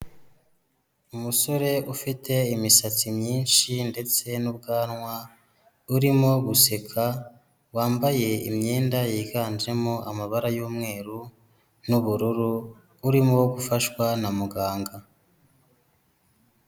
Umusore ufite imisatsi myinshi ndetse n'ubwanwa, urimo guseka, wambaye imyenda yiganjemo amabara y'umweru n'ubururu, urimo gufashwa na muganga.